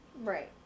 right